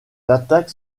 attaques